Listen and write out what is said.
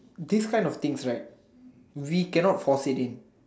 this kind of things right we cannot foresee them